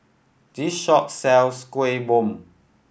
this shop sells Kuih Bom